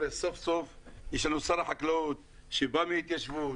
סוף סוף יש לנו שר חקלאות שבא מהתיישבות,